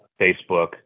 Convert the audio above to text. Facebook